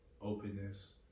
openness